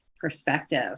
perspective